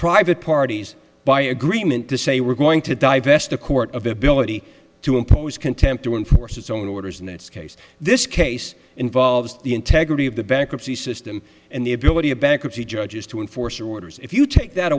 private parties by agreement to say we're going to divest the court of the ability to impose contempt to enforce its own orders in this case this case involves the integrity of the bankruptcy system and the ability of bankruptcy judges to enforce your orders if you take that